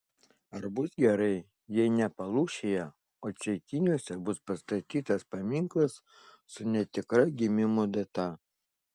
ar bus gerai jei ne palūšėje o ceikiniuose bus pastatytas paminklas su netikra gimimo data